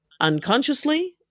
unconsciously